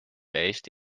based